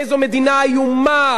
איזו מדינה איומה,